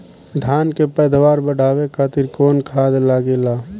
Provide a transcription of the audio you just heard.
धान के पैदावार बढ़ावे खातिर कौन खाद लागेला?